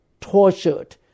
tortured